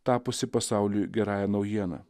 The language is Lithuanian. tapusį pasauliui gerąja naujiena